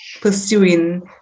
pursuing